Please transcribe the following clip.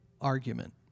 argument